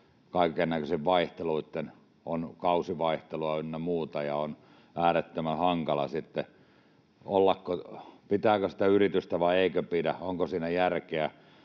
kaikennäköisten vaihteluitten kanssa. On kausivaihtelua ynnä muuta, ja on äärettömän hankala sitten olla: pitääkö sitä yritystä vai eikö pidä, onko siinä järkeä?